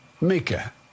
Mika